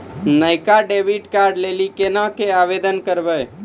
नयका डेबिट कार्डो लै लेली केना के आवेदन करबै?